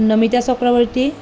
Namita Chakraborty